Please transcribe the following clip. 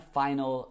final